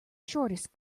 shortest